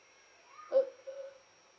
uh err